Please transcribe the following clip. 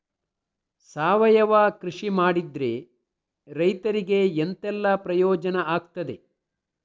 ಸಾವಯವ ಕೃಷಿ ಮಾಡಿದ್ರೆ ರೈತರಿಗೆ ಎಂತೆಲ್ಲ ಪ್ರಯೋಜನ ಆಗ್ತದೆ?